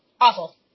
awful